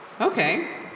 okay